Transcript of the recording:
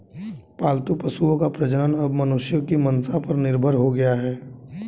पालतू पशुओं का प्रजनन अब मनुष्यों की मंसा पर निर्भर हो गया है